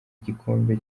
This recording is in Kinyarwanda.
igikombe